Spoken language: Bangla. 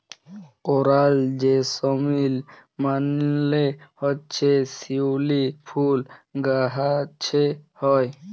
করাল জেসমিল মালে হছে শিউলি ফুল গাহাছে হ্যয়